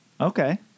Okay